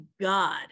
God